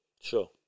sure